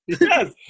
Yes